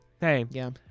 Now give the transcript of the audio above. hey